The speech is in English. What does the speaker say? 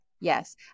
Yes